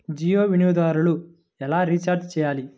జియో వినియోగదారులు ఎలా రీఛార్జ్ చేయాలి?